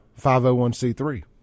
501c3